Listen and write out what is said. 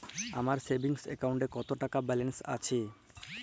আমার সেভিংস অ্যাকাউন্টে কত টাকা ব্যালেন্স আছে?